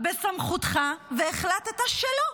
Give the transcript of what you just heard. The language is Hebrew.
בסמכותך והחלטת שלא,